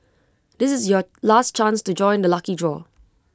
this is your last chance to join the lucky draw